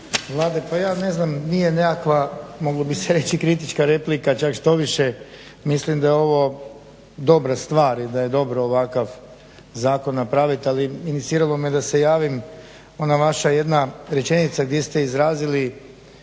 Vlade. Pa ja ne znam nije nekakva moglo bi se reći kritička replika, čak štoviše mislim da je ovo dobra stvar i da je dobro ovakav zakon napraviti. Ali iniciralo me da se javim ona vaša jedna rečenica gdje ste izrazili